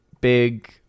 big